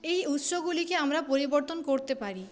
এই উৎসগুলিকে আমরা পরিবর্তন করতে পারি